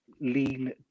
lean